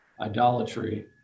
Idolatry